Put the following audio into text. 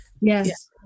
yes